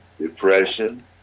depression